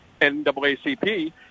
NAACP